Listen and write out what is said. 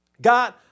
God